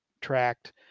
tracked